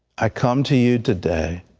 i come to you today